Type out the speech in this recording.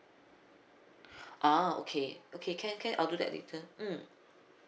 ah okay okay can can I'll do that later mm